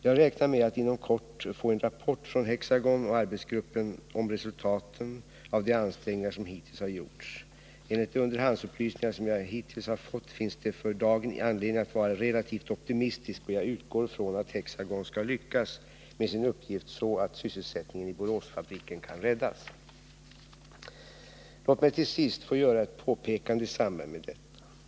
Jag räknar med att inom kort få en rapport från Hexagon och arbetsgruppen om resultaten av de ansträngningar som hittills har gjorts. Enligt de underhandsupplysningar som jag hittills har fått finns det för dagen anledning att vara relativt optimistisk, och jag utgår från att Hexagon skall lyckas med sin uppgift så att sysselsättningen i Boråsfabriken kan räddas. Låt mig till sist få göra ett påpekande i samband med detta.